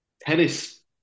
tennis